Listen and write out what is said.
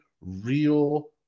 real